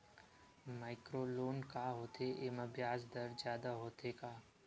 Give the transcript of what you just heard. Micro loan का होथे येमा ब्याज दर जादा होथे का?